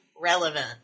relevant